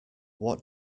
what